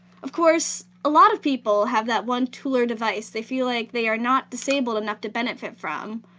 of course, a lot of people have that one tool or device they feel like they are not disabled enough to benefit from,